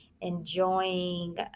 enjoying